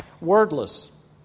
wordless